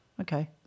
Okay